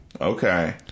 Okay